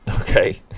okay